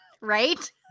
Right